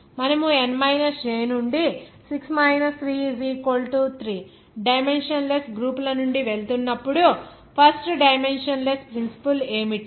మనము n j నుండి 6 3 3 dimensionless గ్రూపుల నుండి వెళుతున్నప్పుడు ఫస్ట్ డైమెన్షన్ లెస్ ప్రిన్సిపుల్ ఏమిటి